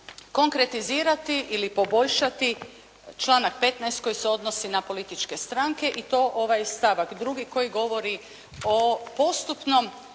konkretizirati ili poboljšati članak 15. koji se odnosi na političke stranke i to ovaj stavak 2. koji govori o postupnom